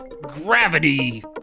gravity